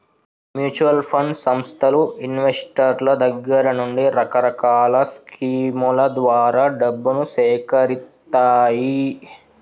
mutual fund సంస్థలు ఇన్వెస్టర్ల దగ్గర నుండి రకరకాల స్కీముల ద్వారా డబ్బును సేకరిత్తాయి